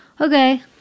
Okay